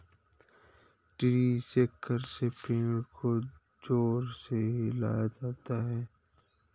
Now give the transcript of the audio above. tree shaker से पेड़ को जोर से हिलाया जाता है